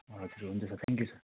हजुर हुन्छ sir thank you sir